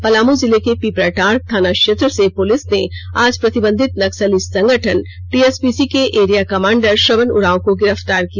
पलामू जिले के पीपराटाड थाना क्षेत्र से पुलिस ने आज प्रतिबंधित नक्सली संगठन टीएसपीसी के एरिया कामांडर श्रवण उरांव को गिरफ्तार किया